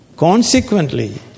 Consequently